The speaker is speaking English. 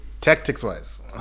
tactics-wise